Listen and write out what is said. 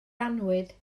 annwyd